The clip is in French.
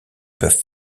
peuvent